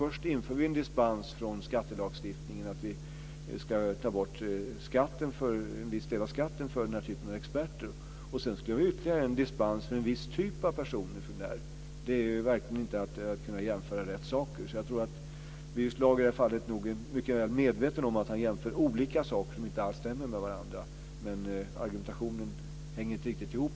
Först inför vi en dispens från skattelagstiftningen för att ta bort en viss del av skatten för den typen av experter, sedan ska det vara ytterligare en dispens för en viss typ av personer. Det är verkligen inte att jämföra rätt saker. Jag tror att Birger Schlaug i det här fallet är mycket medveten om att han jämför olika saker som inte alls stämmer med varandra. Argumentationen hänger inte riktigt ihop.